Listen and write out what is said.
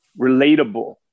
relatable